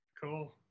Cool